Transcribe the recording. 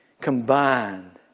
combined